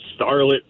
starlet